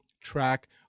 track